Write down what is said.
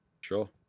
Sure